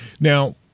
Now